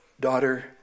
Daughter